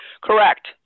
correct